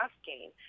asking